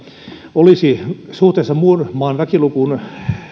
olisi suhteessa muun maan väkilukuun